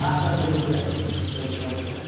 ஆ sir சொல்லுங்கள் sir painter தான் பேசுகிறேன்